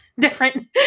different